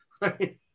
right